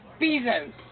Bezos